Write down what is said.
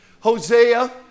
Hosea